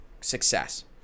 success